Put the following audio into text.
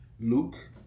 Luke